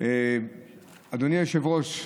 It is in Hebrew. אדוני היושב-ראש,